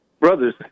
brothers